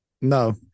No